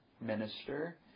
minister